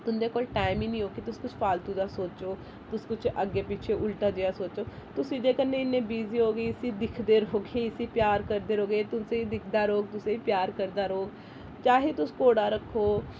तुं'दे कोल टाइम ही नेईं होग कि तुस कुछ फालतू दा सोचो तुस कुछ अग्गें पिच्छें उलटा जेहा सोचो तुस एह्दे कन्नै इन्नै बिजी ओ कि इसी दिखदे रौह्गे इसी प्यार करदे रौह्गे तुसें दिखदा रौह्ग तुसेंगी प्यार करदा रौह्ग चाहे तुस घोड़ा रक्खो